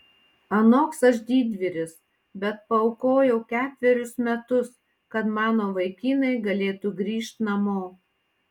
anoks aš didvyris bet paaukojau ketverius metus kad mano vaikinai galėtų grįžt namo